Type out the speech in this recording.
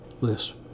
list